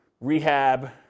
rehab